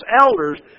elders